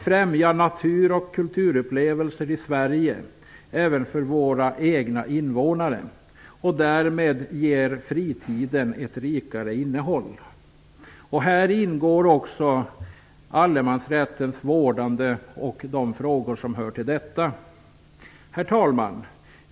Kultur och naturupplevelser även för våra egna invånare i Sverige skall främjas. Därmed ges fritiden ett rikare innehåll. Här ingår även vårdandet av allemansrätten och de frågor som hör till detta. Herr talman!